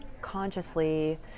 consciously